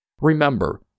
Remember